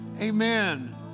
Amen